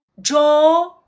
draw